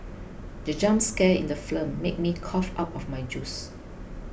the jump scare in the film made me cough out my juice